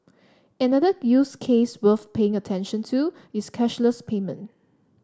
another use case worth paying attention to is cashless payment